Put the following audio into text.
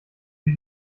wir